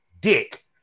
dick